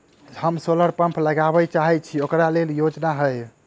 हम solar pump लगाबै चाहय छी ओकरा लेल योजना हय?